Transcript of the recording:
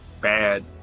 bad